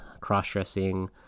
cross-dressing